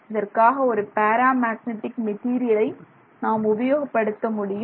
இதற்காக ஒரு paramagnetic மெட்டீரியலை நாம் உபயோகப்படுத்த முடியும்